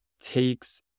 takes